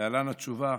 להלן התשובה.